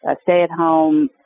stay-at-home